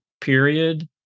period